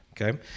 Okay